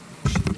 יש פה שר בכלל?